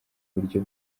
buryo